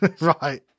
Right